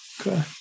Okay